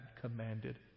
commanded